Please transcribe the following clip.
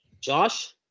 Josh